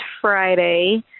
Friday